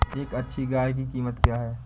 एक अच्छी गाय की कीमत क्या है?